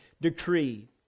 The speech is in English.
decree